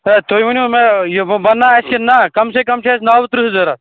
ہَے تُہۍ ؤنِو مےٚ یہِ وۅنۍ بَنہٕ نا اَتہِ کِنہٕ نہَ کَم سے کَم چھِ اَسہِ نو ترٛہ ضروٗرت